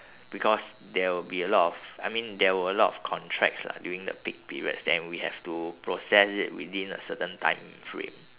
because there would be a lot of I mean there were a lot of contracts lah during the peak periods then we have to process it within a certain timeframe